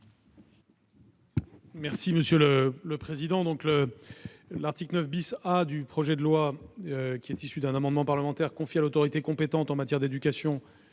du Gouvernement ? L'article 9 A du projet de loi, qui est issu d'un amendement parlementaire, confie à l'autorité compétente en matière d'éducation,